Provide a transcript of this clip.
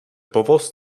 povoz